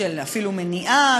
אפילו של מניעה,